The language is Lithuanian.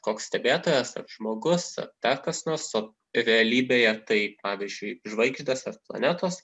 koks stebėtojas ar žmogus ar dar kas nors o realybėje tai pavyzdžiui žvaigždės ar planetos